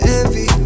envy